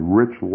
rich